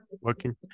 Working